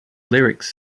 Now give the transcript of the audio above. lyrics